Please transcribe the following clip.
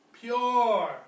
pure